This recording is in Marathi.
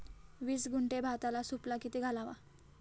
वीस गुंठे भाताला सुफला किती घालावा?